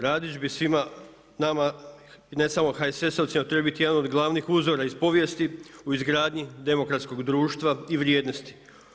Radić bi svima nama, a ne samo HSS-ovcima trebao biti jedan od glavnih uzora iz povijesti u izgradnji demokratskog društva i vrijednosti.